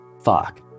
Fuck